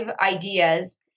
ideas